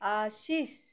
Ashish